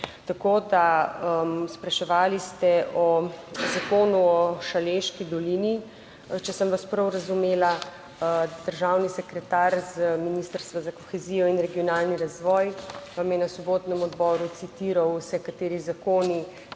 Tako da, spraševali ste o Zakonu o Šaleški dolini, če sem vas prav razumela. Državni sekretar z Ministrstva za kohezijo in regionalni razvoj vam je na sobotnem odboru citiral se kateri zakoni